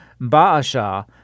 Baasha